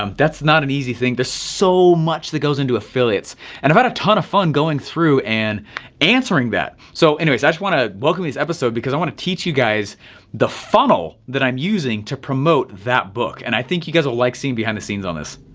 um that's not an easy thing. there's so much that goes into affiliates and about a ton of fun going through and answering that. so anyways, i just wanna welcome this episode because i wanna teach you guys the funnel that i'm using to promote that book and i think you guys will like seeing behind the scenes on this.